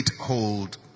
hold